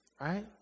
right